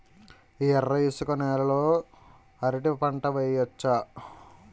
ఎర్ర ఇసుక నేల లో అరటి పంట వెయ్యచ్చా?